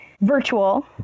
virtual